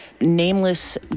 nameless